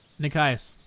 Nikias